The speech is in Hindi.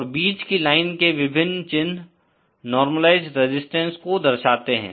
और बीच की लाइन के विभिन्न चिन्ह नोर्मालाइज़्ड रेजिस्टेंस को दर्शाते हैं